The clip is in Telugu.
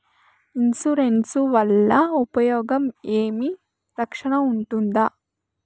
ఇన్సూరెన్సు వల్ల ఉపయోగం ఏమి? రక్షణ ఉంటుందా?